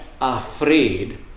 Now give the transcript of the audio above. afraid